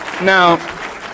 Now